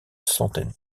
centaine